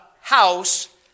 house